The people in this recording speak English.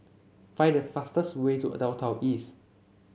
find the fastest way to Downtown East